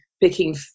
picking